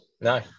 No